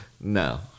No